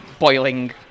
Boiling